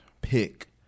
pick